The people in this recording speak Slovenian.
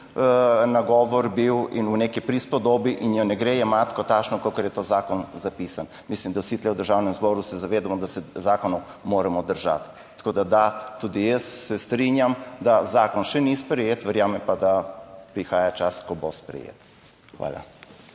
nagovor bil in v neki prispodobi in je ne gre jemati kot takšno kakor je ta zakon zapisan. Mislim, da vsi tu v Državnem zboru se zavedamo, da se zakonov moramo držati. Tako da, da, tudi jaz se strinjam, da zakon še ni sprejet, verjamem pa, da prihaja čas, ko bo sprejet. Hvala.